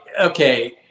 okay